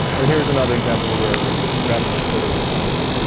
and here's another example where we grabbing a photo and sending it